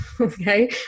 okay